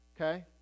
Okay